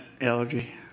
allergy